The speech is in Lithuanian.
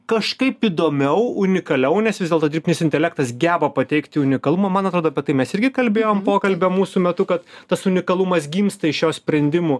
kažkaip įdomiau unikaliau nes vis dėlto dirbtinis intelektas geba pateikti unikalumą man atrodo kad tai mes irgi kalbėjom pokalbio mūsų metu kad tas unikalumas gimsta iš jo sprendimų